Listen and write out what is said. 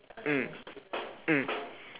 mm mm